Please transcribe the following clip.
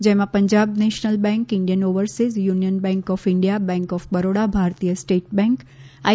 જેમાં Punjab national bank Indian overseas union bank of India bank of Baroda Bharatiya state bank I